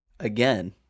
Again